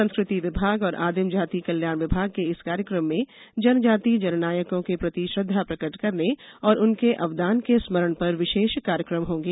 संस्कृति विभाग और आदिम जाति कल्याण विभाग के इस कार्यक्रम में जनजाति जननायकों के प्रति श्रद्धा प्रकट करने और उनके अवदान के स्मरण पर विशेष कार्यक्रम होंगे